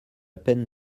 peine